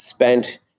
Spent